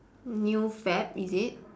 new fad is it